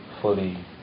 fully